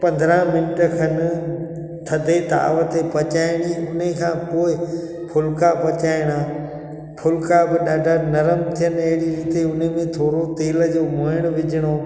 पंदरहां मिंट खनि थधे ताव ते पचाइणी उन खां पोइ फुलिका पचाइणा फुलिका बि ॾाढा नरमु थियनि अहिड़े रीति उन में थोरो तेल जो मुइणु विझिणो